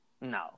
No